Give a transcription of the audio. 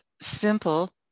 simple